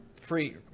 free